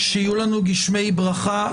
שיהיו לנו גשמי ברכה.